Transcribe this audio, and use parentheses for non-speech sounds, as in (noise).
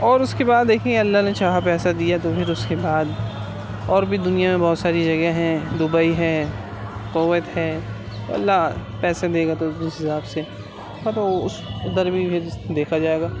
اور اس کے بعد دیکھیے اللہ نے چاہا پیسہ دیا تو پھر اس کے بعد اور بھی دنیا میں بہت ساری جگہیں ہیں دبئی ہے کویت ہے اللہ پیسے دے گا تو اس حساب سے ہاں تو اس ادھر بھی (unintelligible) دیکھا جائے گا